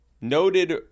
noted